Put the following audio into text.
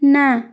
ନା